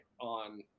on